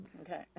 okay